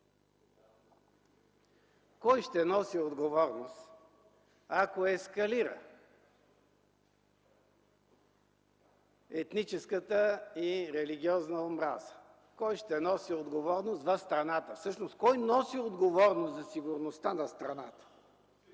Кой ще носи отговорност, ако ескалира етническата и религиозна омраза? Кой ще носи отговорност в страната?